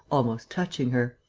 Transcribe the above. almost touching her.